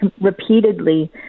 repeatedly